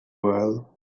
well